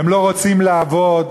הם לא רוצים לעבוד.